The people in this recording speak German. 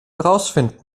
herausfinden